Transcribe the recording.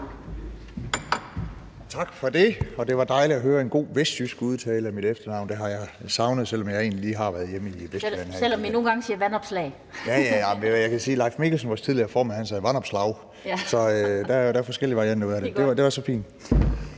Tak for det, og det var dejligt at høre en god vestjysk udtale af mit efternavn, det har jeg savnet, selv om jeg egentlig lige har været hjemme i Vestjylland (Den fg. formand (Annette Lind): Selv om vi nogle gange siger Vandopslag). Jeg kan sige, at Leif Mikkelsen, vores tidligere formand, sagde Vandopslaw. Så der er forskellige varianter, men det er så fint.